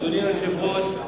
אדוני היושב-ראש,